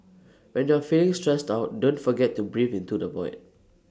when you are feeling stressed out don't forget to breathe into the void